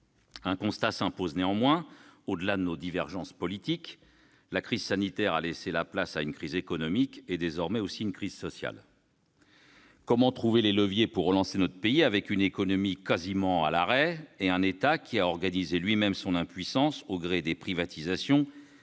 Un constat s'impose néanmoins : au-delà de nos divergences politiques, la crise sanitaire a laissé la place à une crise économique et, désormais, à une crise sociale. Comment trouver les leviers pour relancer notre pays avec une économie quasiment à l'arrêt et un État qui a organisé lui-même son impuissance au gré des privatisations